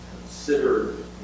considered